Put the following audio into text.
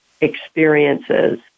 experiences